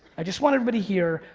i just want everybody here,